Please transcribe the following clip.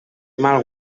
mal